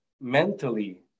mentally